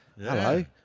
Hello